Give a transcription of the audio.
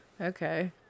okay